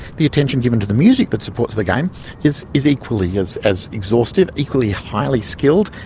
the attention given to the music that supports the game is is equally as as exhaustive, equally highly skilled,